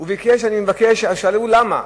הם שאלו, למה?